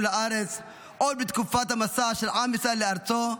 לארץ עוד בתקופת המסע של עם ישראל לארצו,